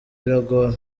biragora